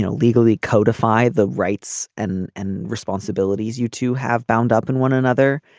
so legally codify the rights and and responsibilities you two have bound up in one another.